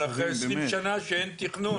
אבל אחרי 20 שנה שאין תכנון,